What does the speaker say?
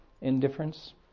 Indifference